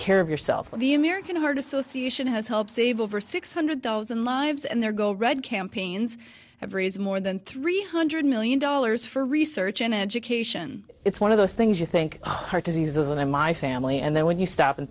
care of yourself with the american heart association has helped save over six hundred thousand lives and there go read campaigns have raised more than three hundred million dollars for research and education it's one of those things you think heart diseases and i my family and then when you stop and